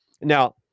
Now